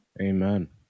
Amen